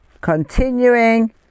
continuing